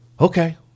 Okay